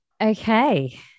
Okay